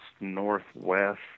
northwest